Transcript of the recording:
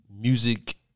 music